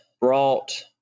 brought